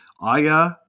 Aya